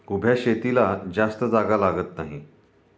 उभ्या शेतीला जास्त जागा लागत नाही